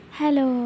Hello